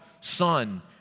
Son